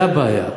זה הבעיה.